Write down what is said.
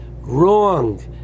wrong